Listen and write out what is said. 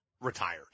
retired